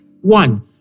One